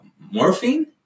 morphine